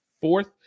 fourth